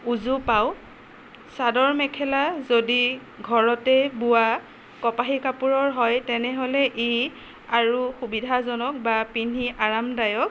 উজু পাওঁ চাদৰ মেখেলা যদি ঘৰতেই বোৱা কপাহী কাপোৰৰ হয় তেনেহ'লে ই আৰু সুবিধাজনক বা পিন্ধি আৰামদায়ক